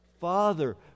Father